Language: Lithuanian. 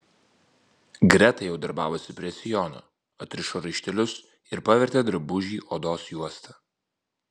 greta jau darbavosi prie sijono atrišo raištelius ir pavertė drabužį odos juosta